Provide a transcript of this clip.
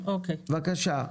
בבקשה.